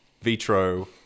vitro